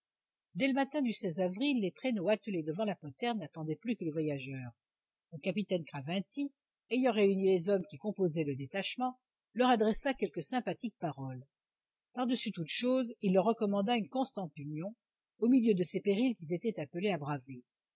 dès le matin du avril les traîneaux attelés devant la poterne n'attendaient plus que les voyageurs le capitaine craventy ayant réuni les hommes qui composaient le détachement leur adressa quelques sympathiques paroles par-dessus toutes choses il leur recommanda une constante union au milieu de ces périls qu'ils étaient appelés à braver